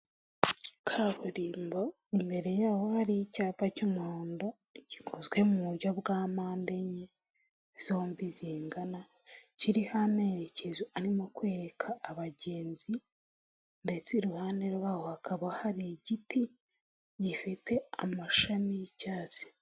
Kaburimbo imbere yaho hari icyapa cy'umuhondo gikozwe mu buryo bwa mpande enye zombi zingana, kiriho amerekezo arimo kwereka abagenzi ndetse iruhande rwaho hakaba hari igiti gifite amashami y'icyatsi.